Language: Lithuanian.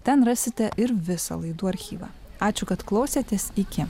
ten rasite ir visą laidų archyvą ačiū kad klausėtės iki